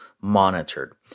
monitored